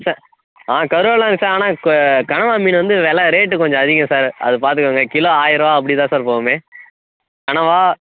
ச ஆ கருவாடுலாம் இருக்குது சார் ஆனால் க கனவாக மீன் வந்து வில ரேட்டு கொஞ்சம் அதிகம் சார் அது பார்த்துக்கோங்க கிலோ ஆயிருவா அப்படி தான் சார் போவுமே கனவா